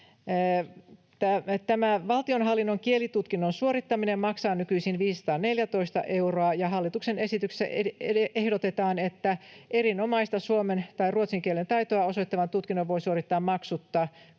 Tämä valtionhallinnon kielitutkinnon suorittaminen maksaa nykyisin 514 euroa, ja hallituksen esityksessä ehdotetaan, että erinomaista suomen tai ruotsin kielen taitoa osoittavan tutkinnon voi suorittaa maksutta